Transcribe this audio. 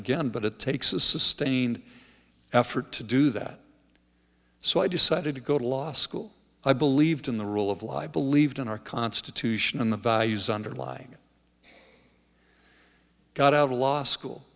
again but it takes a sustained effort to do that so i decided to go to law school i believed in the rule of life believed in our constitution and the values underlying got out of law school